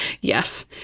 Yes